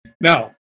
Now